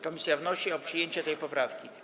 Komisja wnosi o przyjęcie tej poprawki.